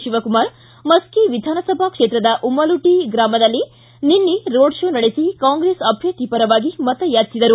ಶಿವಕುಮಾರ್ ಮಸ್ಕಿ ವಿಧಾನಸಭೆ ಕ್ಷೇತ್ರದ ಉಮಲುಟಿ ಗ್ರಾಮದಲ್ಲಿ ನಿನ್ನೆ ರೋಡ್ ಶೋ ನಡೆಸಿ ಕಾಂಗ್ರೆಸ್ ಅಭ್ಯರ್ಥಿ ಪರವಾಗಿ ಮತ ಯಾಚಿಸಿದರು